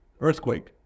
earthquake